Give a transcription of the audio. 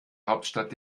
hauptstadt